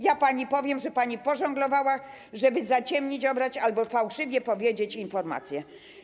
Ja pani powiem, że pani pożonglowała, żeby zaciemnić, obrać albo fałszywie powiedzieć informacje.